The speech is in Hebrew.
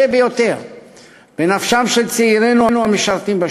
ביותר בנפשם של צעירינו המשרתים בשטחים.